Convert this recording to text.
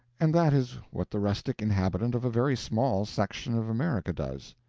and that is what the rustic inhabitant of a very small section of america does.